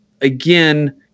again